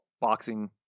boxing